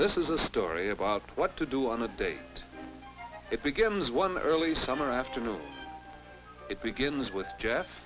this is a story about what to do on the day it begins one early summer afternoon it begins with jeff